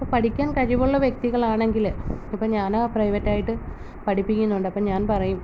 ഇപ്പോള് പഠിക്കാൻ കഴിവുള്ള വ്യക്തികളാണെങ്കില് ഇപ്പോള് ഞാനോ പ്രൈവറ്റായിട്ട് പഠിപ്പിക്കുന്നുണ്ട് അപ്പോള് ഞാൻ പറയും